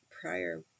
prior